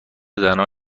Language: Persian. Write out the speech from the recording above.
زنان